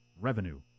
revenue